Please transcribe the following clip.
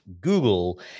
Google